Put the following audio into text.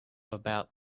about